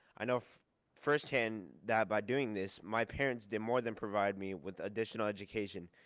i know firsthand that by doing this my parents did more than provide me with additional education.